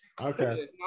Okay